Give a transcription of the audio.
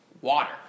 water